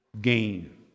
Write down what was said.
gain